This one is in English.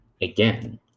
again